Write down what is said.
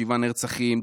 שבעה נרצחים,